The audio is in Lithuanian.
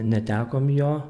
netekom jo